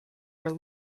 were